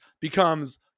becomes